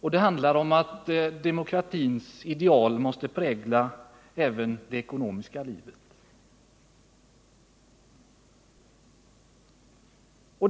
och det handlar om att demokratins ideal måste prägla även det ekonomiska livet.